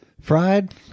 Fried